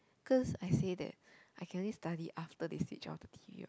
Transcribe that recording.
cause I say that I can only study after they switch off the t_v what